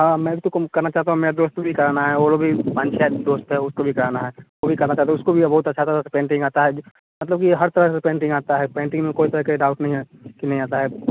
हाँ मैं भी तो काम करना चाहता हूँ मेरे दोस्त भी कराना है वो लोग भी पाँच छ दोस्त हैं उसको भी कराना है वो भी करना चाहते हैं उसको भी ये बहुत अच्छा सा पेन्टिंग आता है जे मतलब की हर तरह से पेंटिंग आता हैं पेन्टिंग में कोई तरह के डाउट नहीं है कि नहीं आता है